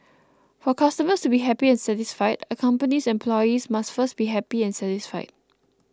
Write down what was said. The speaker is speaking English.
for customers to be happy and satisfied a company's employees must first be happy and satisfied